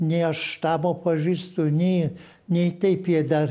nei aš štabo pažįstu nei nei taip jie dar